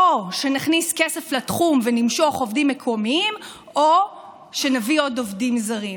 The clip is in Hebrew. או שנכניס כסף לתחום ונמשוך עובדים מקומיים או שנביא עוד עובדים זרים.